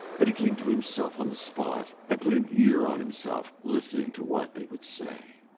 but he came to himself on the spot, and put an ear on himself, listening to what they would say.